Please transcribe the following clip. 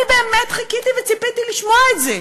אני באמת חיכיתי וציפיתי לשמוע את זה.